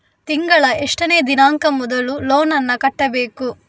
ತಿಂಗಳ ಎಷ್ಟನೇ ದಿನಾಂಕ ಮೊದಲು ಲೋನ್ ನನ್ನ ಕಟ್ಟಬೇಕು?